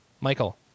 Michael